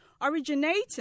originating